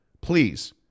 Please